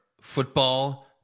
Football